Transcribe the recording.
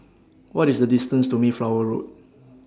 What IS The distance to Mayflower Road